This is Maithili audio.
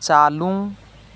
चालू